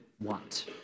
want